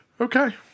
Okay